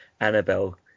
Annabelle